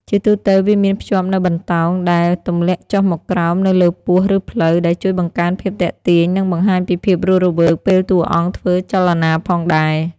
ជាទូទៅវាមានភ្ជាប់នូវបន្តោង ដែលទម្លាក់ចុះមកក្រោមនៅលើពោះ ឬភ្លៅ ដែលជួយបង្កើនភាពទាក់ទាញ និងបង្ហាញពីភាពរស់រវើកពេលតួអង្គធ្វើចលនាផងដែរ។